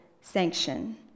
sanction